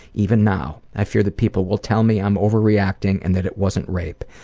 even now i fear that people will tell me i'm overreacting and that it wasn't rape.